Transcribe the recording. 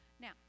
Now